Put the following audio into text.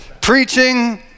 Preaching